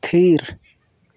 ᱛᱷᱤᱨ